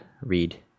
read